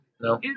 No